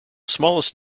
smallest